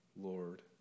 Lord